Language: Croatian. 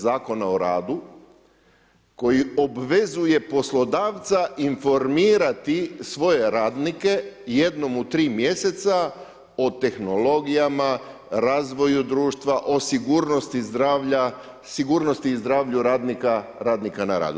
Zakona o radu, koji obvezuje poslodavca informirati svoje radnike, jednom u 3 mj. o tehnologijama, razvoju društva, o sigurnosti zdravlja, sigurnosti i zdravlja radnika, radnika na radu.